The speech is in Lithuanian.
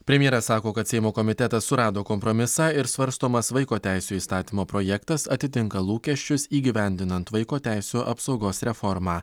premjeras sako kad seimo komitetas surado kompromisą ir svarstomas vaiko teisių įstatymo projektas atitinka lūkesčius įgyvendinant vaiko teisių apsaugos reformą